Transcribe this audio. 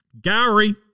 Gary